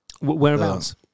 Whereabouts